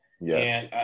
Yes